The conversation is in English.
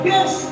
Yes